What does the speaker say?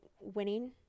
winning